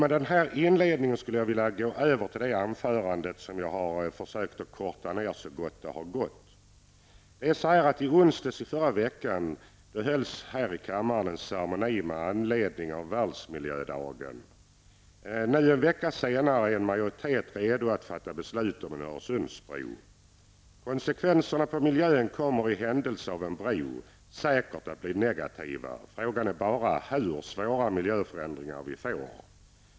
Med den här inledningen skall jag gå över till anförandet som jag har försökt korta ned. På onsdagen i förra veckan hölls här i kammaren en ceremoni med anledning av världsmiljödagen. Nu en vecka senare är en majoritet redo att fatta beslut om en Öresundsbro. Konsekvenserna för miljön kommer i händelse av en bro säkert att bli negativa. Frågan är bara hur svåra miljöförändringar vi får.